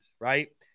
right